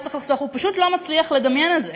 הוא פשוט לא מצליח לדמיין את זה.